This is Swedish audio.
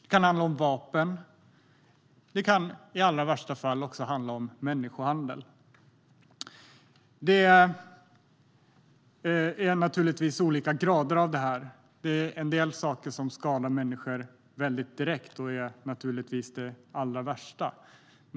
Det kan handla om vapen och i allra värsta fall människohandel. Det är naturligtvis olika grader av detta. En del saker skadar människor mycket direkt och är naturligtvis det allra värsta.